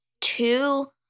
two